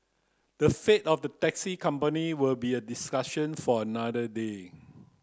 the fate of the taxi company will be a discussion for another day